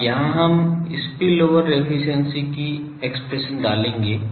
अब यहां हम स्पिलओवर एफिशिएंसी की एक्सप्रेशन डालेंगे